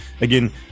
Again